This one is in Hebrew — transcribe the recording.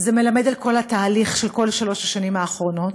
זה מלמד על כל התהליך של כל שלוש השנים האחרונות.